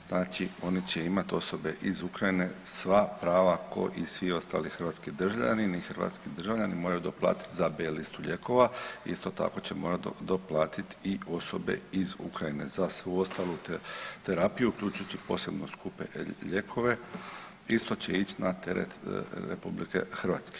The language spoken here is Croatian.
Znači oni će imat, osobe iz Ukrajine sva prava ko i svi ostali hrvatski državljani i hrvatski državljani moraju doplatit za B listu lijekova, isto tako će morat doplatit i osobe iz Ukrajine za svu ostalu terapiju uključujući i posebno skupe lijekove isto će ić na teret RH.